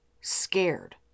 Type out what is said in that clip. scared